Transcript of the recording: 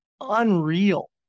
unreal